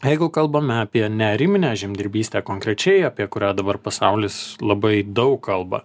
jeigu kalbame apie neariminę žemdirbystę konkrečiai apie kurią dabar pasaulis labai daug kalba